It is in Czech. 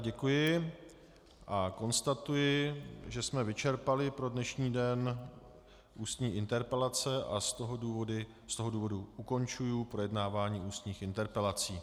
Děkuji a konstatuji, že jsme vyčerpali pro dnešní den ústní interpelace, a z toho důvodu ukončuji projednávání ústních interpelací.